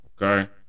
Okay